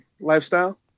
lifestyle